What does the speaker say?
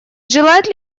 желает